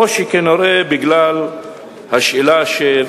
אולי תהיה לך הצעה